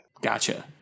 gotcha